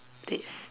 this